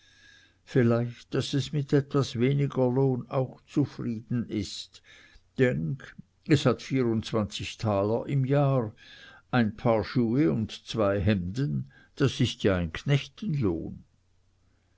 vielleicht daß es mit etwas weniger lohn auch zufrieden ist denk es hat vierundzwanzig taler im jahr ein paar schuhe und zwei hemden das ist ja ein